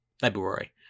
February